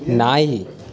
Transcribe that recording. ನಾಯಿ